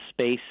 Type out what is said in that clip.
space